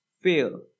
fail